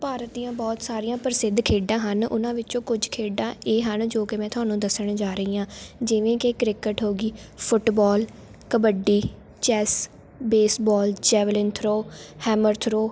ਭਾਰਤ ਦੀਆਂ ਬਹੁਤ ਸਾਰੀਆਂ ਪ੍ਰਸਿੱਧ ਖੇਡਾਂ ਹਨ ਉਨ੍ਹਾਂ ਵਿੱਚੋਂ ਕੁਝ ਖੇਡਾਂ ਇਹ ਹਨ ਜੋ ਕਿ ਮੈਂ ਤੁਹਾਨੂੰ ਦੱਸਣ ਜਾ ਰਹੀ ਹਾਂ ਜਿਵੇਂ ਕਿ ਕ੍ਰਿਕਟ ਹੋ ਗਈ football kabaddi chess baseball javelin throw hammer throw